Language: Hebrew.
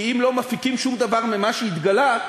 כי אם לא מפיקים שום דבר ממה שהתגלה,